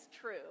true